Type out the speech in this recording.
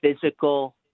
physical